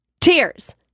tears